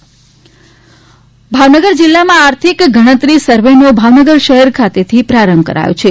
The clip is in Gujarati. ભાવનગર ભાવનગર જિલ્લામાં આર્થિક ગણતરી સર્વેનો ભાવનગર શહેર ખાતેથી પ્રારંભ કરાયો છે